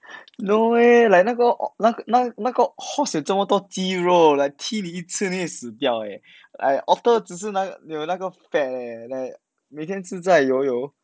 no eh like 那个 ot~ 那那那个 horse 有这么多肌肉 like 踢你一次会死掉 leh like otter 只是哪有有那个 fat leh like 每天自在由由